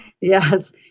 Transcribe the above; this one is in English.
Yes